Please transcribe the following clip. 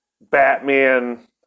Batman